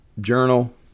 journal